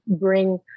bring